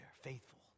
faithful